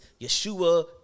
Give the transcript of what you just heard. yeshua